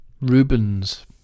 Rubens